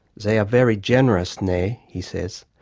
zey are very generous, neh? he says.